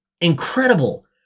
incredible